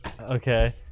Okay